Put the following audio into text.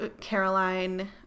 Caroline